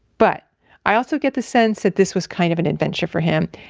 but i also get the sense that this was kind of an adventure for him.